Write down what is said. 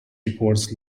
reports